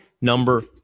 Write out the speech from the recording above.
number